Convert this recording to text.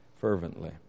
fervently